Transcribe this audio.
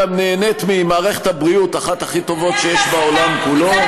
גם נהנית ממערכת הבריאות אחת הכי טובות שיש בעולם כולו,